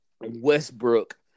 Westbrook